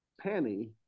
penny